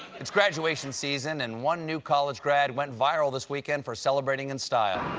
it's graduation season, and one new college grad went viral this weekend for celebrating in style